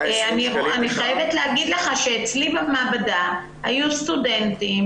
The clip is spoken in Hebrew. אני חייבת להגיד לך שאצלי במעבדה היו סטודנטים